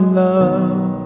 love